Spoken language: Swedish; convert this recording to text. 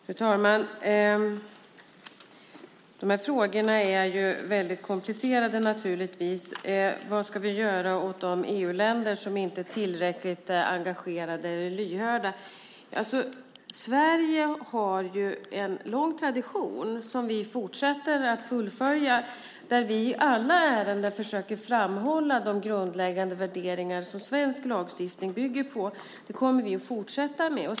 Fru talman! De här frågorna är naturligtvis väldigt komplicerade. Vad ska vi göra åt de EU-länder som inte är tillräckligt engagerade eller lyhörda? Sverige har en lång tradition, som vi fortsätter att fullfölja, där vi i alla ärenden försöker framhålla de grundläggande värderingar som svensk lagstiftning bygger på. Det kommer vi att fortsätta göra.